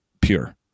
pure